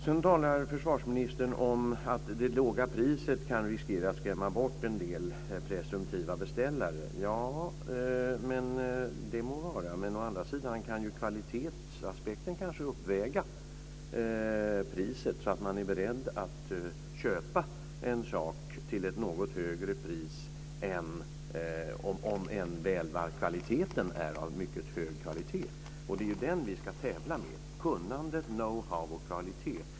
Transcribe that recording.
Sedan talar försvarsministern om att priset kan riskera att skrämma bort en del presumtiva beställare. Det må vara så. Å andra sidan kan kvalitetsaspekten kanske uppväga priset, så att man är beredd att köpa en sak till ett något högre pris om den är av mycket hög kvalitet. Det är ju det som vi ska tävla med - kunnande, know-how och kvalitet.